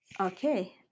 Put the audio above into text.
Okay